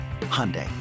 Hyundai